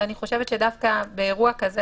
ואני חושבת שדווקא באירוע כזה,